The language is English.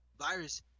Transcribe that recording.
Virus